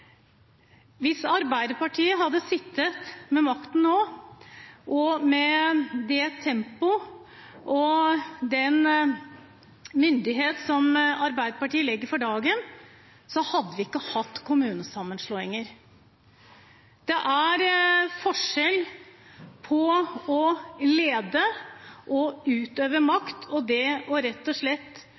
Hvis Arbeiderpartiet hadde sittet med makten nå, og med det tempo og den myndighet som Arbeiderpartiet legger for dagen, hadde vi ikke hatt kommunesammenslåinger. Det er forskjell på å lede og utøve makt og rett og slett